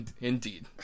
Indeed